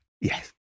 Yes